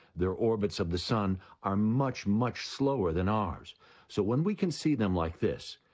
their orbits of the sun are much, much slower than ours so when we can see them like this,